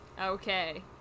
Okay